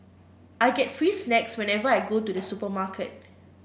I get free snacks whenever I go to the supermarket